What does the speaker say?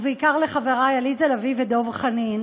ובעיקר לחברי עליזה לביא ודב חנין.